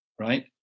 right